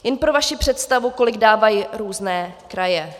Jen pro vaši představu, kolik dávají různé kraje.